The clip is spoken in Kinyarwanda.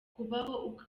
kubaho